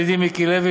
ידידי מיקי לוי,